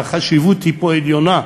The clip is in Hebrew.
והחשיבות היא פה עליונה,